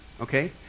okay